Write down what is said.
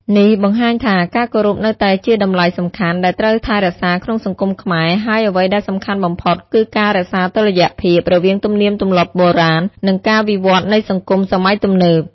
នេះបង្ហាញថា ការគោរពនៅតែជាតម្លៃសំខាន់ ដែលត្រូវថែរក្សាក្នុងសង្គមខ្មែរ ហើយអ្វីដែលសំខាន់បំផុត គឺការ រក្សាតុល្យភាព រវាងទំនៀមទម្លាប់បុរាណ និងការវិវឌ្ឍន៍នៃសង្គមសម័យទំនើប។